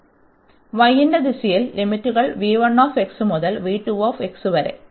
അതിനാൽ y ന്റെ ദിശയിൽ ലിമിറ്റുകൾ മുതൽ വരെ